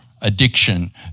Addiction